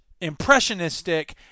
impressionistic